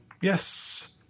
yes